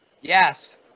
Yes